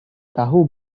tahu